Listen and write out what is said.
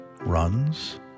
runs